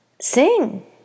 sing